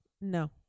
No